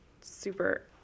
super